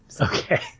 okay